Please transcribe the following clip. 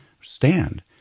stand